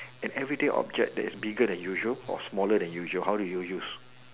and everyday object that is bigger than usual or smaller than usual how would you use